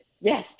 Yes